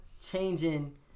changing